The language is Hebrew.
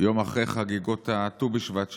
יום אחרי חגיגות ט"ו בשבט שלנו,